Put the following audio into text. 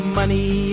money